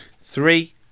three